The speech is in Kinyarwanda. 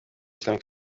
islamic